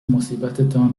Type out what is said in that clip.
مصیبتتان